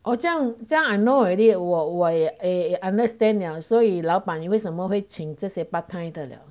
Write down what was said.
哦这样这样 I know already 我我也 eh I understand 了所以老板为什么会请这些 part time 的了